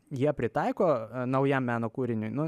jie pritaiko naujam meno kūriniui nu